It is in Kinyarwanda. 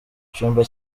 cyumba